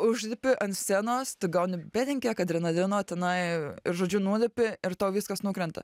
užlipi ant scenos tu gauni belenkiek adrenalino tenai ir žodžiu nulipi ir tau viskas nukrenta